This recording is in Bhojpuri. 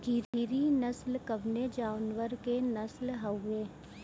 गिरी नश्ल कवने जानवर के नस्ल हयुवे?